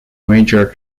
major